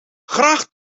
graag